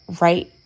right